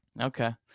Okay